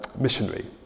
missionary